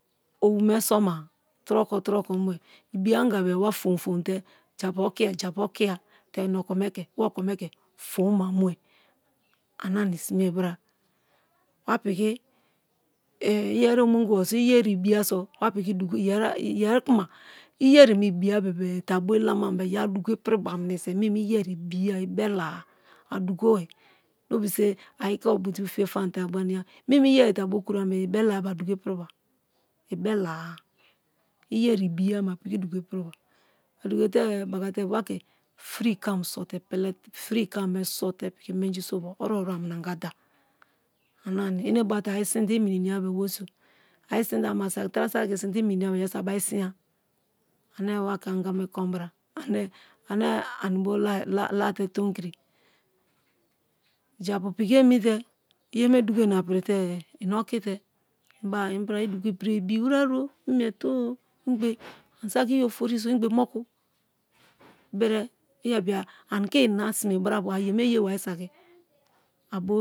Owume soma troko-troko mue lbi-anga be-e wa fom-fom te japu oke̠ye̠ japu okiya te i̠ okome ke̠, wa okome ke foma mue ane ani sime bra. wa piki i yeri omongibo so i̠ yeri ibiyaso wa piki dugo, yeri kuma i yeri ibiya bebe-e te̠ abolamam a dugo-ipiriba minese meme iyeri ibiya ibelawa a̠ dugo̠i no be say a̠ i̠ be̠ obuju fiyefamate aniya meme i yari-te a bo kuram te̠ ibelawa be-e a dugo lpiriba, ibela-a iyeniya ibiya me a̠ piki dugo i̠ piriban odu̠go̠te̠-e bakake wa-ke fre̠e kam sote̠ pele free kam me sote pi̠ki̠ menji soba orubo-rubo amina-anga da-ana-ni, enebate a̠ isinte ama saki na tra saki na ke isinte imin-iniya be-e yeriso abari isinya ane wa ke anga me kon bra. ane ani bo late̠ tomik-iri, japu piki emi te iyeme dugo-ina prite-e i̠ oki̠te i̠ beba imbra i dugo ipiriyeme ibiwere o̠ imiete o ingbe anisaki iyofori so̠ ingbe moku bere iyebia anī ke ininasime brabo a yeme yewari saki a̠ bo.